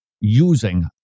using